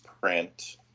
print